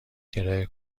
کرایه